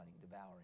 devouring